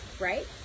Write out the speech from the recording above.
right